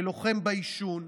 ולוחם בעישון.